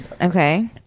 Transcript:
okay